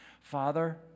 Father